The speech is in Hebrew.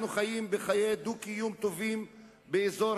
אנחנו חיים בחיי דו-קיום טובים באזור